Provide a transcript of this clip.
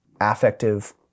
affective